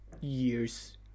years